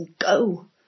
go